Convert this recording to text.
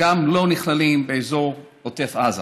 וגם לא נכללים באזור עוטף עזה.